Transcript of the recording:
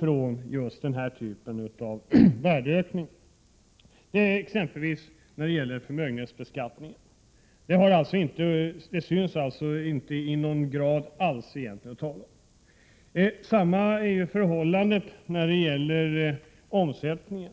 från denna typ av värdeökning. Detta gäller exempelvis förmögenhetsbeskattningen. Det syns alltså inte i någon väsentlig grad. Likadant är förhållandet när det gäller omsättningen.